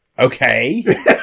Okay